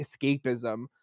escapism